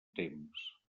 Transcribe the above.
temps